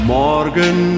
morgen